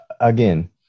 again